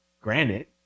Granted